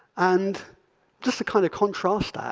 and just to kind of contrast, ah